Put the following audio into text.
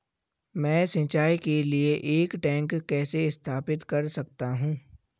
मैं सिंचाई के लिए एक टैंक कैसे स्थापित कर सकता हूँ?